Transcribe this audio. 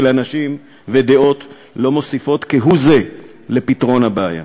אנשים ודעות לא מוסיפים כהוא-זה לפתרון הבעיה.